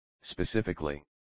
specifically